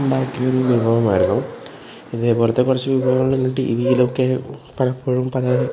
ഉണ്ടാക്കിയൊരു വിഭവമായിരുന്നു ഇതേ പോലത്തെ കുറച്ച് വിഭവങ്ങളിന്ന് ടി വിയിലൊക്കെ പലപ്പോഴും പല